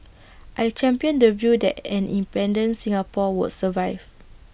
I championed the view that an independent Singapore would survive